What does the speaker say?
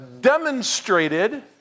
demonstrated